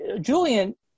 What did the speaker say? Julian